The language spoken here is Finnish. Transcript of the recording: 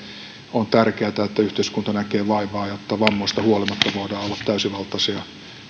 on tärkeätä että yhteiskunta näkee vaivaa jotta vammoista huolimatta voidaan olla täysivaltaisia